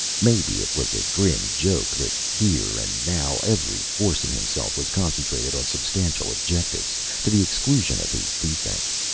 maybe it was a grim joke that here and now every force in himself was concentrated on substantial objectives to the exclusion of his defects.